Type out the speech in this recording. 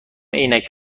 عینک